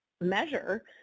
measure